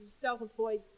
self-employed